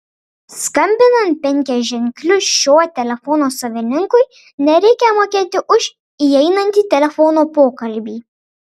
skambinant penkiaženkliu šio telefono savininkui nereikia mokėti už įeinantį telefono pokalbį